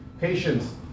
Patience